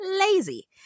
lazy